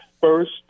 first